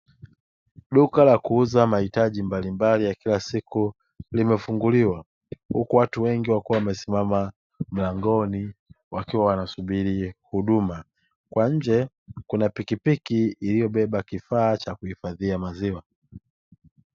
Duka la kuuza mahitaji mbalimbali ya kila siku limefunguliwa huku watu wengi wakiwa wamesimama mlango wakiwa wanasubiria huduma kwa nje kuna pikipiki iliyobeba kifaa cha kuhifadhia maziwa.